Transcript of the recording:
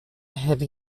heavy